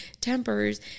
tempers